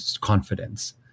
confidence